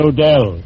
Odell